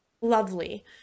lovely